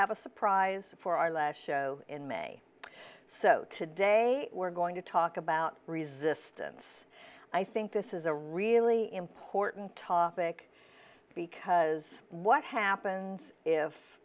have a surprise for our last show in may so today we're going to talk about resistance i think this is a really important topic because what happens if